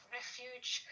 refuge